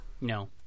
No